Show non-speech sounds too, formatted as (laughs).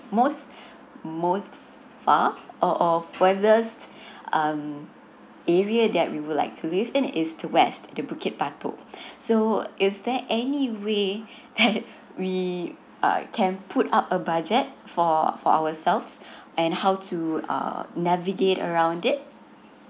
most most far or or whether um area that we would like to live in east to west to bukit batok so uh is there any way (laughs) we uh can put up a budget for ourselves and how to uh navigate around it